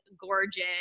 gorgeous